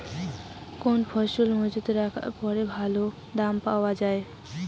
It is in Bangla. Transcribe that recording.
কোন ফসল মুজুত রাখিয়া পরে ভালো দাম পাওয়া যায়?